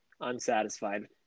unsatisfied